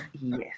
Yes